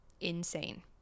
insane